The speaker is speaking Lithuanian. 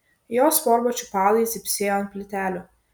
jos sportbačių padai cypsėjo ant plytelių